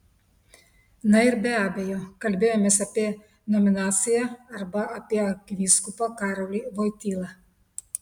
na ir be abejo kalbėjomės apie nominaciją arba apie arkivyskupą karolį voitylą